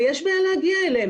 ויש בעיה להגיע אליהם.